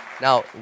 Now